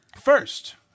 First